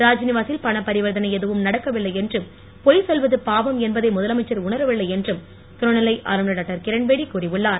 ராத்நிவாசில் பணப் பரிவர்த்தனை எதுவும் நடக்கவில்லை என்றும் பொய் சொல்வது பாவம் என்பதை முதலமைச்சர் உணரவில்லை என்றும் துணைநிலை ஆளுநர் டாக்டர் கிரண்பேடி கூறியுள்ளார்